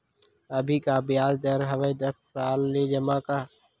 अभी का ब्याज दर हवे दस साल ले जमा मा?